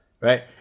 Right